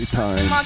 time